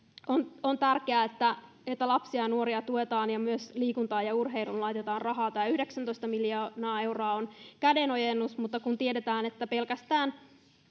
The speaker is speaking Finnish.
on on tärkeää että että lapsia ja nuoria tuetaan ja myös liikuntaan ja urheiluun laitetaan rahaa tämä yhdeksäntoista miljoonaa euroa on kädenojennus mutta kun tiedetään että pelkästään